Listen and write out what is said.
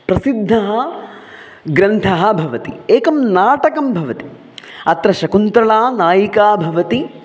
प्रसिद्धः ग्रन्थः भवति एकं नाटकं भवति अत्र शकुन्तला नायिका भवति